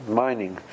mining